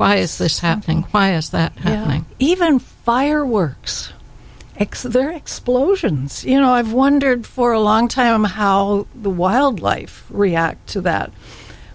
why is this happening why is that even fireworks there explosions you know i've wondered for a long time how the wildlife react to that